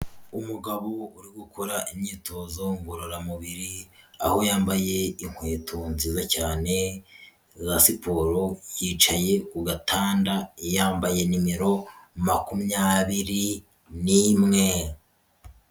Umugabo uri gukora imyitozo ngororamubiri aho yambaye inkweto nziza cyane za siporo, yicaye ku gatanda yambaye nimero makumyabiri n'imwe.